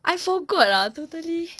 I forgot lah totally